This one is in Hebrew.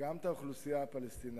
גם את האוכלוסייה הפלסטינית.